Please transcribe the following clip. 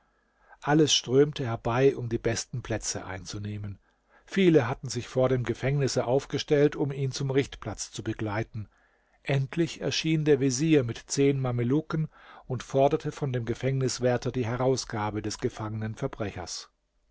alles strömte herbei um die besten plätze einzunehmen viele hatten sich vor dem gefängnisse aufgestellt um ihn zum richtplatz zu begleiten endlich erschien der vezier mit zehn mameluken und forderte von dem gefängniswärter die herausgabe des gefangenen verbrechers